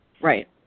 Right